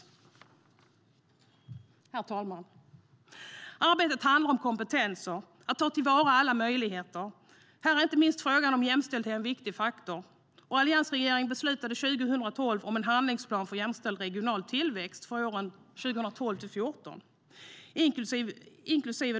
Arbetet handlar om kompetenser och om att ta till vara alla möjligheter, herr talman. Här är inte minst frågan om jämställdhet en viktig faktor, och dåvarande alliansregeringen beslutade 2012 om en handlingsplan för jämställd regional tillväxt för åren 2012-2014 - inklusive regionala handlingsplaner.